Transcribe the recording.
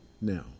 now